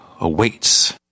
awaits